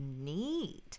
need